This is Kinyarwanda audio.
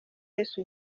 yesu